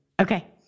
Okay